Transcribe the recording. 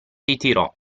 ritirò